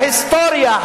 ההיסטוריה,